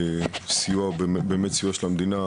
בסיוע באמת סיוע של המדינה,